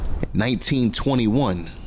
1921